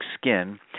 skin